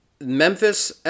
Memphis